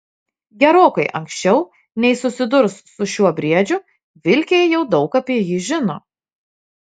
gerokai anksčiau nei susidurs su šiuo briedžiu vilkė jau daug apie jį žino